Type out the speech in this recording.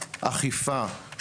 אכיפה,